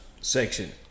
section